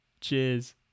Cheers